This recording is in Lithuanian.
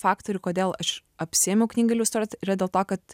faktorių kodėl aš apsiėmiau knygą iliustruot yra dėl to kad